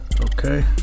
Okay